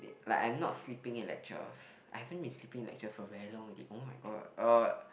like I'm not sleeping in lectures I haven't been sleeping in lectures for very long already oh-my-god uh